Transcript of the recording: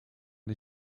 die